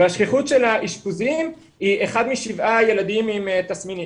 והשכיחות של האשפוזים היא אחד משבעה ילדים עם תסמינים.